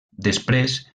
després